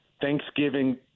Thanksgiving